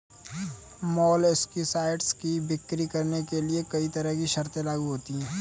molluscicides की बिक्री करने के लिए कहीं तरह की शर्तें लागू होती है